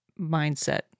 mindset